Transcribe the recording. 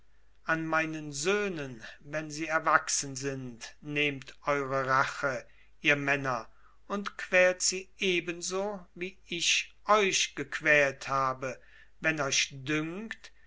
an meinen söhnen wenn sie erwachsen sind nehmt eure rache ihr männer und quält sie ebenso wie ich euch gequält habe wenn euch dünkt